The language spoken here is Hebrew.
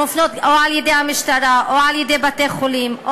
או על-ידי המשטרה או על-ידי בתי-חולים או